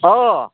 अ